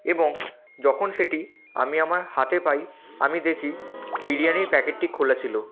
এবং যখন সেটি আমি আমার হাতে পাই আমি দেখি বিরিয়ানির প্যাকেটটি খোলা ছিলো